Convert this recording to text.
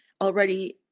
already